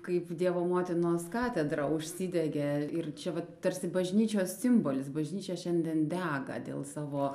kaip dievo motinos katedra užsidegė ir čia vat tarsi bažnyčios simbolis bažnyčia šiandien dega dėl savo